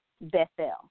Bethel